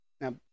Now